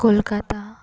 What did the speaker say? Kolkata